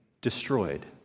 destroyed